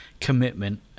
commitment